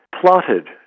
plotted